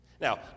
Now